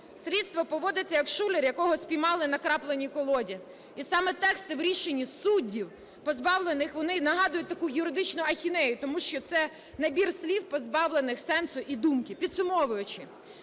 Слідство поводиться, як шулер, якого спіймали на крапленій колоді. І саме тексти в рішенні суддів позбавлених… вони нагадують таку юридичну ахінею, тому що це набір слів, позбавлених сенсу і думки. Підсумовуючи,